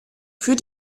für